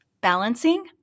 Balancing